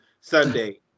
Sunday